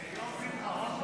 מה זה, יום שמחה רוטמן?